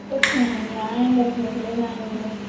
कुछ नही है आएंगे फिर ले जाएंगे